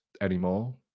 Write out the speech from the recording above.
anymore